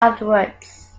afterwards